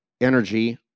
energy